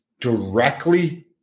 directly